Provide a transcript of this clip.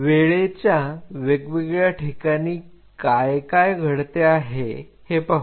वेळेच्या वेगवेगळ्या ठिकाणी काय काय घडते हे पाहू